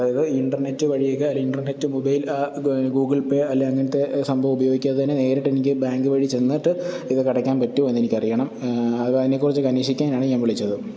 അതായത് ഇൻറ്റർനെറ്റ് വഴിയൊക്കെ അല്ലേ ഇൻറ്റർനെറ്റ് മൊബൈൽ ഗൂഗിൾ പേ അല്ലാഞ്ഞിട്ട് സംഭവം ഉപയോഗിക്കാതെ തന്നെ നേരിട്ടെനിക്ക് ബാങ്ക് വഴി ചെന്നിട്ട് ഇതൊക്കെ അടക്കാൻ പറ്റുമോ എന്നെനിക്കറിയണം അപ്പോൾ അതിനെക്കുറിച്ചൊക്കെ അന്വേഷിക്കാനാണ് ഞാൻ വിളിച്ചതും